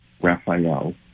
Raphael